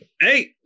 hey